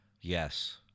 Yes